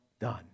done